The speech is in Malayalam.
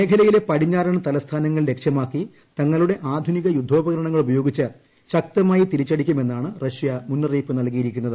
മേഖലയിലെ പടിഞ്ഞാറൻ തലസ്ഥാനങ്ങൾ ലക്ഷ്യമാക്കി തങ്ങളുടെ ആധുനിക യുദ്ധോപകരണങ്ങൾ ഉപയോഗിച്ച് ശക്തമായി തിരിച്ചടിക്കുമെന്നാണ് റഷ്യ മുന്നറിയിപ്പ് നൽകിയിരിക്കുന്നത്